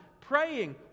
praying